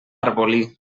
arbolí